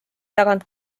tagant